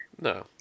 No